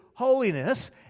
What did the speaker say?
holiness